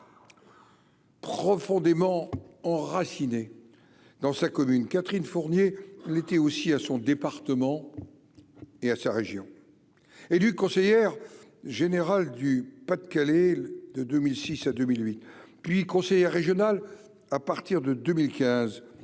profondément ont raffiné dans sa commune, Catherine Fournier l'été aussi à son département et à sa région, élue conseillère générale du Pas-de-Calais, de 2006 à 2008, puis conseiller régional à partir de 2015,